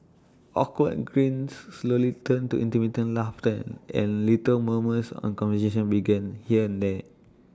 awkward grins slowly turned into intermittent laughter and little murmurs on conversation began here and there